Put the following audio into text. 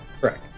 Correct